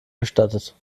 gestattet